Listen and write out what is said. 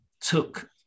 took